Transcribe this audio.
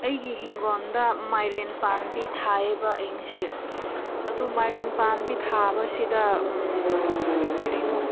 ꯑꯩꯒꯤ ꯏꯪꯈꯣꯜꯗ ꯃꯥꯏꯔꯦꯟ ꯄꯥꯝꯕꯤ ꯊꯥꯏꯌꯦꯕ ꯑꯩ ꯉꯁꯤ ꯑꯗꯨ ꯃꯥꯏꯔꯦꯟ ꯄꯥꯝꯕꯤ ꯊꯥꯕꯁꯤꯗ ꯀꯔꯤꯅꯣ